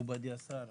מכובדי השר,